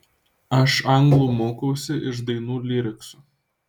aš anglų mokausi iš dainų lyriksų